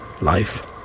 life